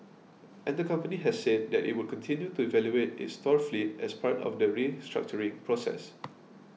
and the company has said that it would continue to evaluate its store fleet as part of the restructuring process